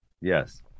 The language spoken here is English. Yes